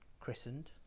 christened